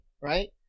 right